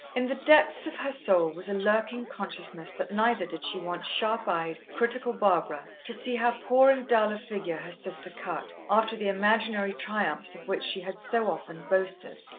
in the depths of her soul was a lurking consciousness that neither did she want sharp-eyed, critical barbara to see how poor and dull a figure her sister cut, after the imaginary triumphs of which she had so often boasted.